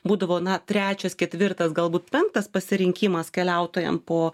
būdavo na trečias ketvirtas galbūt penktas pasirinkimas keliautojam po